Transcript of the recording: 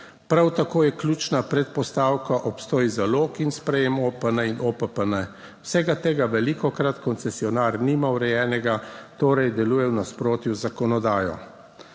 Prav tako je ključna predpostavka obstoj zalog in sprejem OPN in OPPN. Vsega tega velikokrat koncesionar nima urejenega, torej deluje v nasprotju z zakonodajo.